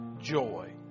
joy